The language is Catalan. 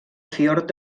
fiord